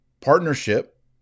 partnership